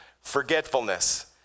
forgetfulness